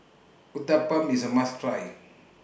Uthapam IS A must Try